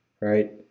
right